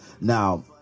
Now